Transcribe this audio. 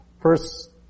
First